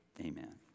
amen